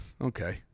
Okay